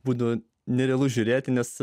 būtų nerealu žiūrėti nes